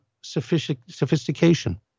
sophistication